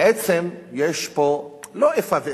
בעצם יש פה לא איפה ואיפה,